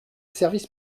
service